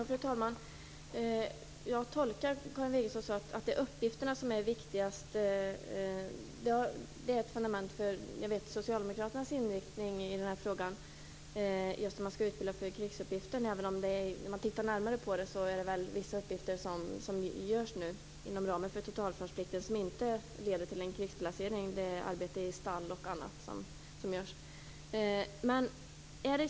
Fru talman! Jag tolkar Karin Wegestål så att det är uppgifterna som är det viktigaste. Jag vet att ett fundament för Socialdemokraternas inriktning i den här frågan är hur man skall utbilda för krigsuppgiften. Om man tittar närmare på det hela ser man dock att vissa uppgifter som nu görs inom ramen för totalförsvarsplikten inte leder till en krigsplacering. Jag tänker på arbete i stall osv.